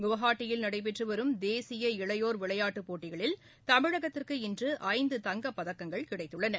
குவாஹாத்தியில் நடைபெற்று வரும் தேசிய இளையோர் விளையாட்டுப் போட்டிகளில் தமிழகத்திற்கு இன்று ஐந்து தங்கப்பதக்கங்கள் கிடைத்துள்ளன